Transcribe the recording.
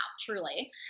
truly